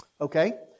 Okay